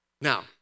Now